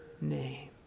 name